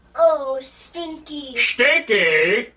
oh stinky! stinky?